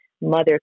mother